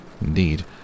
Indeed